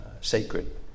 sacred